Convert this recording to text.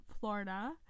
Florida